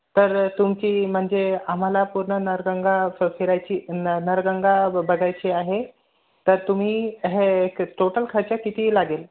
तर तुमची म्हणजे आम्हाला पूर्ण नळगंगा फ फिरायची न नळगंगा बघायची आहे तर तुम्ही हे टोटल खर्च किती लागेल